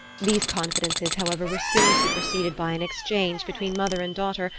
these confidences, however, were soon superseded by an exchange, between mother and daughter,